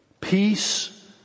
Peace